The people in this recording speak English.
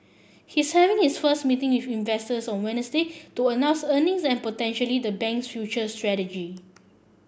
he's having his first meeting with investors on Wednesday to announce earnings and potentially the bank's future strategy